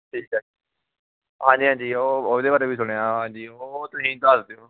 ਠੀਕ ਹੈ ਹਾਂਜੀ ਹਾਂਜੀ ਉਹ ਉਹਦੇ ਬਾਰੇ ਵੀ ਸੁਣਿਆ ਹਾਂਜੀ ਉਹ ਤੁਸੀਂ ਦੱਸ ਦਿਓ